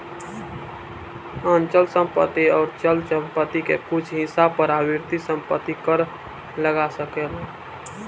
अचल संपत्ति अउर चल संपत्ति के कुछ हिस्सा पर आवर्ती संपत्ति कर लाग सकेला